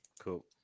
Cool